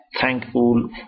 thankful